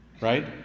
right